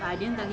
ah